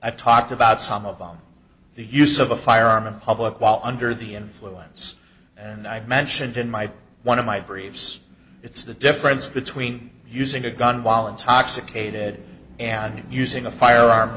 i've talked about some of on the use of a firearm in public while under the influence and i mentioned in my one of my briefs it's the difference between using a gun while and toxic ated and using a firearm